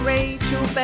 Rachel